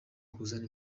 kuzana